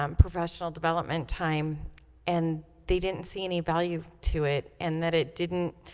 um professional development time and they didn't see any value to it and that it didn't